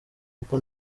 kuko